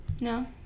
No